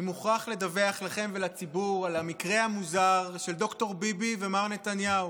אני מוכרח לדווח לכם ולציבור על המקרה המוזר של ד"ר ביבי ומר נתניהו.